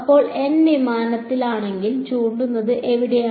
അപ്പോൾ n വിമാനത്തിലാണെങ്കിൽ ചൂണ്ടുന്നത് എവിടെയാണ്